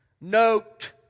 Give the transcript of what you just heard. Note